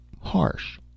harsh